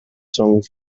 song